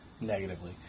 negatively